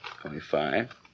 twenty-five